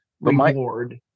reward